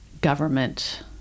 government